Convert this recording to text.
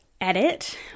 edit